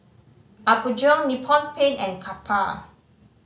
Apgujeong Nippon Paint and Kappa